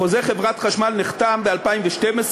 חוזה חברת החשמל נחתם ב-2012,